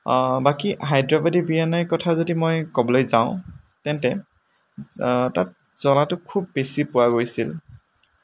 বাকী হাইদৰাবাদি বিৰিয়ানিৰ কথা যদি মই ক'বলৈ যাওঁ তেন্তে তাত জলাটো খুব বেছি পোৱা গৈছিল